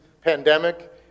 pandemic